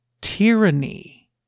tyranny